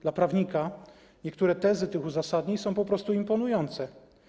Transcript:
Dla prawnika niektóre tezy tych uzasadnień są po prostu imponujące.